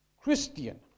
Christian